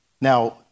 Now